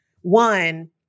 one